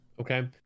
Okay